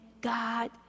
God